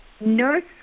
nurse